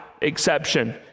exception